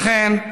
לכן,